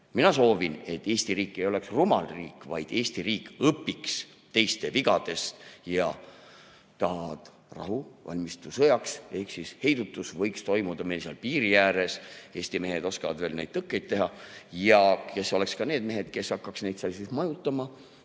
Mina soovin, et Eesti riik ei oleks rumal riik, vaid et Eesti riik õpiks teiste vigadest. Tahad rahu, valmistu sõjaks ehk siis heidutus võiks toimuda meil seal piiri ääres. Eesti mehed oskavad neid tõkkeid teha ja oleksid ka need mehed, kes hakkaks neid seal majutama